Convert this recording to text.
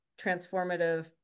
transformative